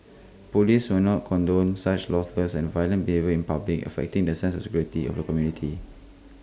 Police will not condone such lawless and violent behaviour in public affecting the sense of security of the community